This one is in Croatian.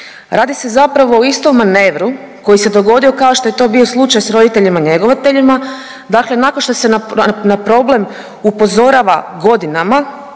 Radi se zapravo o istom manevru koji se dogodio kao što je to bio slučaj s roditeljima njegovateljima. Dakle, nakon što se na problem upozorava godinama